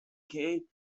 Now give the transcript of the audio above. key